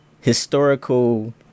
historical